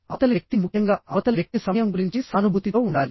అవతలి వ్యక్తి ముఖ్యంగా అవతలి వ్యక్తి సమయం గురించి సానుభూతితో ఉండాలి